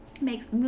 makes